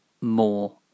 more